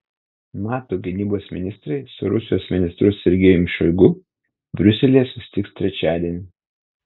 nato gynybos ministrai su rusijos ministru sergejumi šoigu briuselyje susitiks trečiadienį